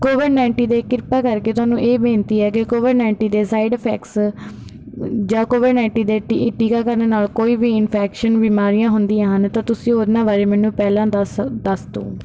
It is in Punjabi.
ਕੋਵਿਡ ਨਾਈਨਟੀਨ ਦੇ ਕਿਰਪਾ ਕਰਕੇ ਤੁਹਾਨੂੰ ਇਹ ਬੇਨਤੀ ਹੈ ਕਿ ਕੋਵਿਡ ਨਾਈਨਟੀਨ ਦੇ ਸਾਈਡ ਇਫੈਕਸ ਜਾਂ ਕੋਵਿਡ ਨਾਈਨਟੀਨ ਦੇ ਟੀ ਟੀਕਾਕਰਨ ਨਾਲ ਕੋਈ ਵੀ ਇਨਫੈਕਸ਼ਨ ਬਿਮਾਰੀਆਂ ਹੁੰਦੀਆਂ ਹਨ ਤਾਂ ਤੁਸੀਂ ਉਹਨਾਂ ਬਾਰੇ ਮੈਨੂੰ ਪਹਿਲਾਂ ਦੱਸ ਦੱਸ ਦਿਉ